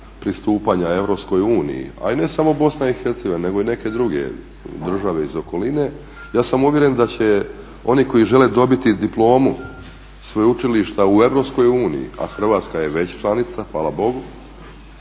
pristupanja Europskoj uniji, a i ne sam BiH nego i neke druge države iz okoline, ja sam uvjeren da će oni koji žele dobiti diplomu sveučilišta u Europskoj uniji, a Hrvatska je već članica hvala Bogu,